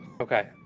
Okay